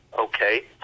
okay